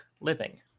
living